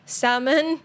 salmon